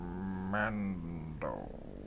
Mando